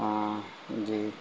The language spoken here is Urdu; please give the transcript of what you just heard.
ہاں جی